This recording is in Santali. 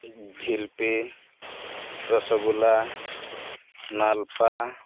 ᱡᱷᱤᱞᱯᱤ ᱨᱚᱥᱚᱜᱩᱞᱞᱟ ᱢᱟᱞᱯᱳᱣᱟ